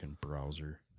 browser